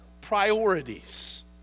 priorities